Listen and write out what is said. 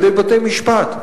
על-ידי בתי-משפט,